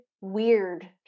weird